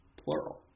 plural